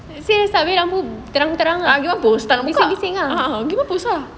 pergi mampus tak nak buka a'ah pergi mampus ah